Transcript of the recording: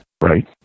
Right